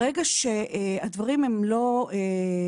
ברגע שהדברים הם לא בנהלים,